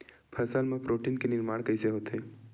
फसल मा प्रोटीन के निर्माण कइसे होथे?